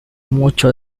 mucho